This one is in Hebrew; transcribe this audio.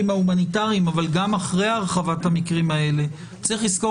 ההומניטריים אבל גם אחרי הרחבת המקרים האלה צריך לזכור